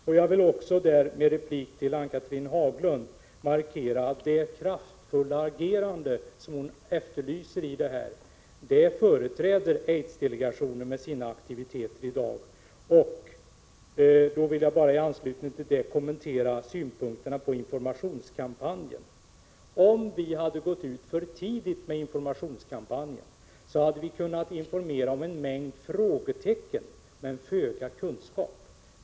Med en replik till Ann-Cathrine Haglund vill jag också markera att det kraftfulla agerande som hon efterlyser är just vad aidsdelegationen med sin aktivitet i dag företräder. I anslutning till detta vill jag slutligen kommentera synpunkterna på informationskampanjen. Om vi hade gått ut för tidigt med informationskampanjen, hade vi kunnat informera om en mängd frågetecken, men vi hade kunnat redovisa föga kunskap.